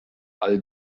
all